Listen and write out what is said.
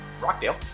Rockdale